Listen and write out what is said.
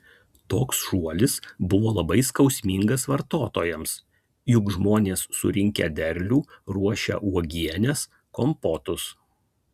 toks šuolis buvo labai skausmingas vartotojams juk žmonės surinkę derlių ruošia uogienes kompotus